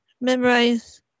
memorize